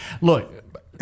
Look